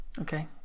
Okay